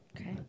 Okay